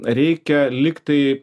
reikia lygtai